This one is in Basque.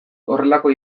horrelako